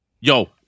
yo